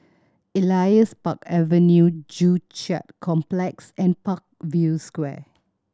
Elias Park Avenue Joo Chiat Complex and Parkview Square